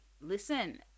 Listen